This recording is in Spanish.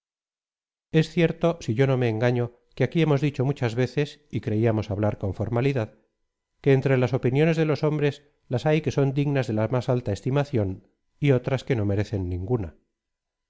es cierto si yo no me engaño que aquí hemos dicho muchas veces y creíamos hablar con formalidad que entre las opiniones de los hombres las hay que son dignas de la más alta estimación y otras que no merecen ninguna